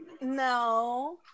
No